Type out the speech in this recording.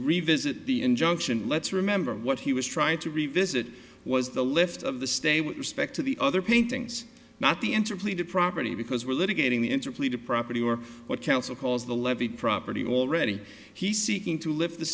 revisit the injunction let's remember what he was trying to revisit was the lift of the stay with respect to the other paintings not the enter plea to property because we're little getting the interplay to property or what council calls the levy property already he's seeking to lift t